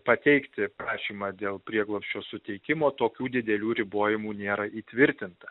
pateikti prašymą dėl prieglobsčio suteikimo tokių didelių ribojimų nėra įtvirtinta